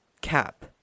cap